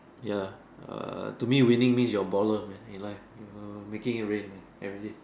ya err to me winning means you're a baller man in life you know making it rain man everyday